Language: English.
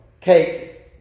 cake